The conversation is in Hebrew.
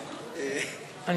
בבקשה?